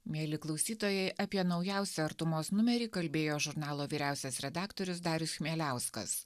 mieli klausytojai apie naujausią artumos numerį kalbėjo žurnalo vyriausias redaktorius darius chmieliauskas